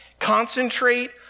Concentrate